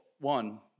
one